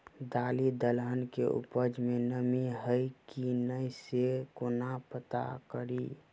दालि दलहन केँ उपज मे नमी हय की नै सँ केना पत्ता कड़ी?